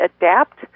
adapt